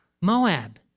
Moab